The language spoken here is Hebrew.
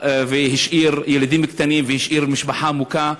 והשאיר ילדים קטנים והשאיר משפחה מוכה,